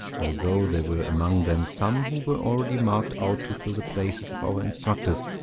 although there were among them some who were already marked out to fill the places of our instructors.